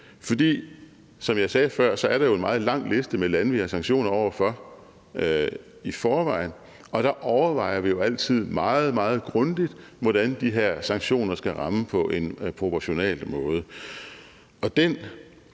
For som jeg sagde før, er der jo en meget lang liste med lande, vi har sanktioner over for i forvejen, og der overvejer vi jo altid meget, meget grundigt, hvordan de her sanktioner skal ramme på en proportional måde,